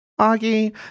Augie